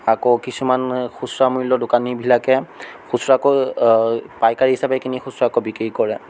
আকৌ কিছুমান খুচুৰা মূল্য়ৰ দোকানীবিলাকে খুচুৰাকৈ পাইকাৰী হিচাপে কিনি খুচুৰাকৈ বিক্ৰী কৰে